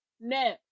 no